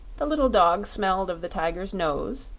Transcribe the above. the little dog smelled of the tiger's nose,